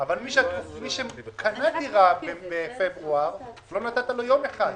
מי שקנה דירה בפברואר, לא נתת לו יום אחד.